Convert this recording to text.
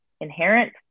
inherent